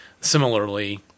similarly